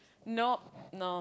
nope no